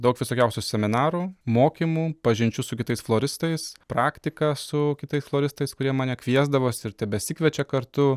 daug visokiausių seminarų mokymų pažinčių su kitais floristais praktika su kitais floristais kurie mane kviesdavosi ir tebesikviečia kartu